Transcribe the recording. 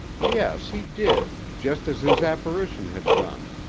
yes, he did just as his apparition had done.